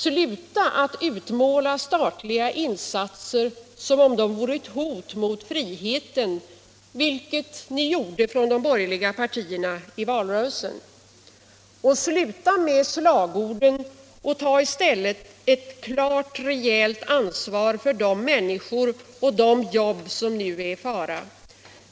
Sluta att utmåla statliga insatser som om de vore ett hot mot friheten, vilket ni på den borgerliga sidan gjorde i valrörelsen! Sluta med slagorden och ta i stället ett klart, rejält ansvar för de människor och de jobb som nu är i fara!